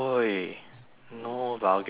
no vulgarities